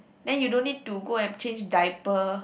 then you don't need to go and change diaper